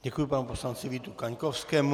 Děkuji panu poslanci Vítu Kaňkovskému.